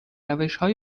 روشهای